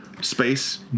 space